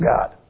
God